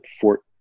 Fort